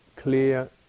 Clear